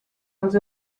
els